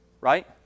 Right